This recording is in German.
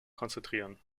konzentrieren